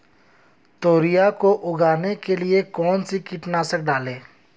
तोरियां को उगाने के लिये कौन सी कीटनाशक डालें?